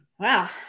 Wow